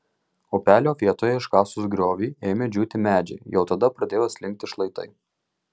upelio vietoje iškasus griovį ėmė džiūti medžiai jau tada pradėjo slinkti šlaitai